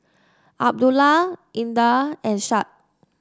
Abdullah Indah and Syed